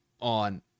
on